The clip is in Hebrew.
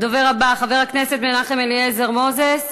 הדובר הבא, חבר הכנסת מנחם אליעזר מוזס,